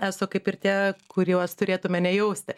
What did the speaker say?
eso kaip ir tie kuriuos turėtume nejausti